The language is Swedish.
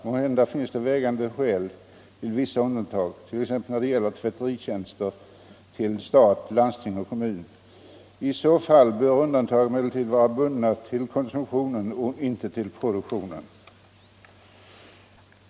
Måhända finns det vägande skäl till vissa undantag, t.ex. när det gäller tvättjänster till stat, landsting och kommuner. I så fall bör undantagen emellertid vara bundna till konsumtionen och inte till produktionen.